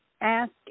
ask